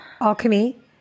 alchemy